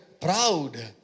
proud